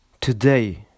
Today